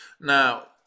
Now